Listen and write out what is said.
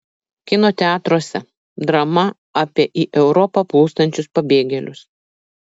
kino teatruose drama apie į europą plūstančius pabėgėlius